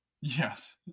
Yes